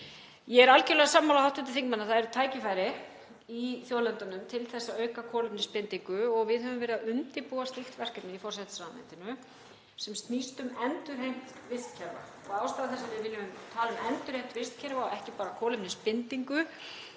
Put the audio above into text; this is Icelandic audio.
Ég er algerlega sammála hv. þingmanni að það eru tækifæri í þjóðlendunum til að auka kolefnisbindingu og við höfum verið að undirbúa slíkt verkefni í forsætisráðuneytinu sem snýst um endurheimt vistkerfa. Ástæða þess að við viljum tala um endurheimt vistkerfa en ekki bara kolefnisbindingu